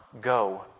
go